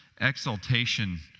exaltation